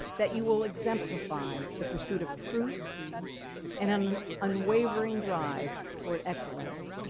that you will exemplify the pursuit of truth and an unwavering drive toward excellence,